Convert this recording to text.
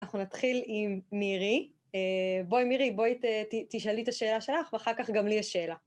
אנחנו נתחיל עם מירי. בואי מירי, בואי תשאלי את השאלה שלך, ואחר כך גם לי יש שאלה.